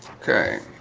okay